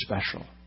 special